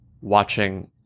watching